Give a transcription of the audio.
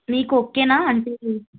మీకు ఓకేనా అంటే